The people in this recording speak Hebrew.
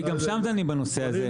כי גם שם דנים בנושא הזה.